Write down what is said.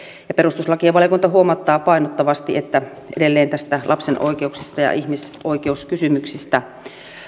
ja perustuslakivaliokunta huomauttaa painottavasti edelleen näistä lapsen oikeuksista ja ihmisoikeuskysymyksistä